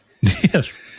Yes